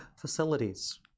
facilities